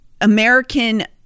American